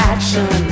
Action